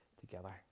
together